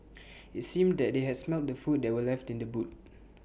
IT seemed that they had smelt the food that were left in the boot